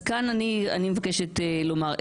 כאן אני מבקשת לומר,